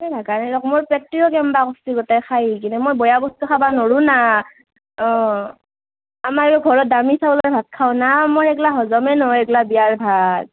মোৰ পেটটোও কেমবা কৰিছে গোটে খাই উঠি মই বেয়া বস্তু খাব নোৱাৰো না অঁ আমাৰো ঘৰত দামী চাউলৰ ভাত খাওঁ না মোৰ এগলা হজমেই নহয় এইবিলাক বিয়াৰ ভাত